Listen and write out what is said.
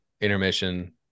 intermission